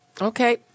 Okay